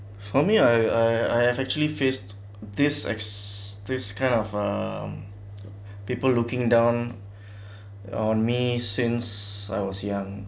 for me I I I have actually face this x~ this kind of um people looking down on me since I was young